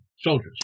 soldiers